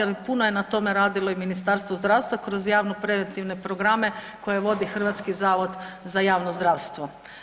Jer puno je na tome radilo i Ministarstvo zdravstva kroz javno-preventivne programe koje vodi Hrvatski zavod za javno zdravstvo.